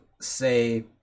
say